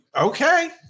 Okay